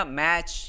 match